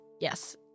yes